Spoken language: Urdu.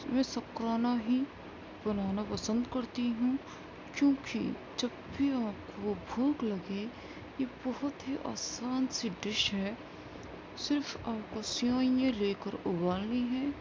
میں شکرانہ ہی بنانا پسند کرتی ہوں کیونکہ جب بھی آپ کو بھوک لگے یہ بہت ہی آسان سی ڈش ہے صرف آپ کو سیوئییں لے کر ابالنی ہیں